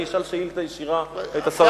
אני אשאל שאילתא ישירה את השר לביטחון פנים.